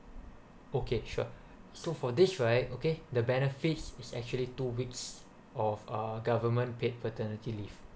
okay sure so for this right okay the benefits is actually two weeks of uh government paid paternity leave